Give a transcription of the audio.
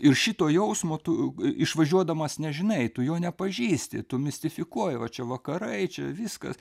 ir šito jausmo tu išvažiuodamas nežinai tu jo nepažįsti tu mistifikuoji va čia vakarai čia viskas